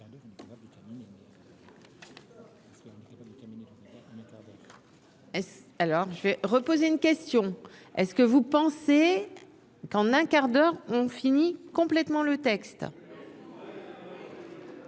Alors je vais reposer une question est-ce que vous pensez qu'en un quart d'heure on fini complètement le texte.